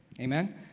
Amen